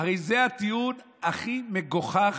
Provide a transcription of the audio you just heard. הרי זה הטיעון הכי מגוחך,